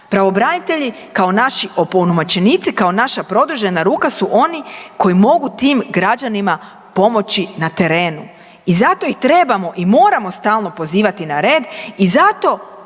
pravobranitelji kao naši opunomoćenici, kao naša produžena ruka su oni koji mogu tim građanima pomoći na terenu. I zato ih trebamo i moramo stalno pozivati na red i zato